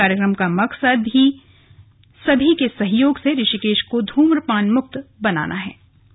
कार्यक्रम का मकसद है कि सभी के सहयोग से ऋषिकेश को धूम्रपान मुक्त बनाया जा सके